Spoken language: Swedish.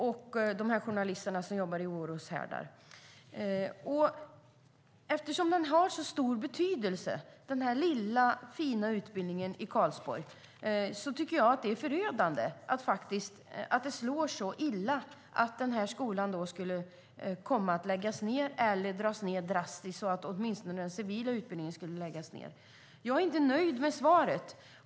Eftersom den här lilla, fina utbildningen i Karlsborg har så stor betydelse tycker jag att det är förödande att detta slår så illa att skolan kan komma att läggas ned eller dras ned drastiskt, så att åtminstone den civila utbildningen läggs ned. Jag är inte nöjd med svaret.